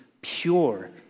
pure